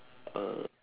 uh